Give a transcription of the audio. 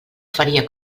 faria